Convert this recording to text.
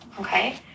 Okay